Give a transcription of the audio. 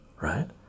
right